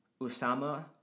Usama